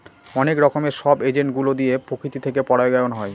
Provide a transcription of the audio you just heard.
অনেক রকমের সব এজেন্ট গুলো দিয়ে প্রকৃতি থেকে পরাগায়ন হয়